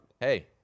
Hey